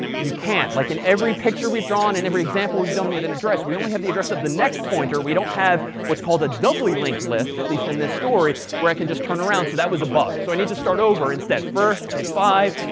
you can't. like in every picture we've drawn, and every example we've done with an address, we only have the address of the next pointer. we don't have what's called, a doubly linked list, at least in this story, where i can just turn around. so that was a bug. so i need to start over instead. first, ok five,